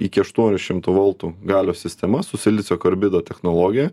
iki aštuonių šimtų voltų galios sistema su silicio karbido technologija